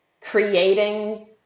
creating